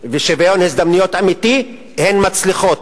ושוויון הזדמנויות אמיתי, הן מצליחות.